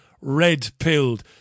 red-pilled